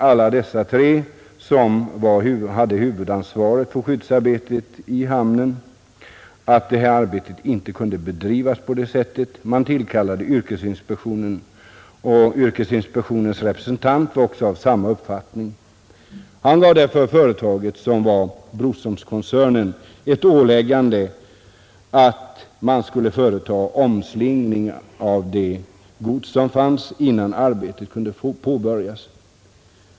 Alla dessa tre, som hade huvudansvaret för skyddsarbetet i hamnen, var fullt eniga om att arbetet inte kunde bedrivas på det sättet. De tillkallade yrkesinspektionen, och dess representant var av samma uppfattning. Han ålade därför företaget, som var Broströmkoncernen, att företa omslingning av godset, innan arbetet fick påbörjas.